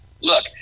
Look